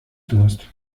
durst